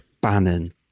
Bannon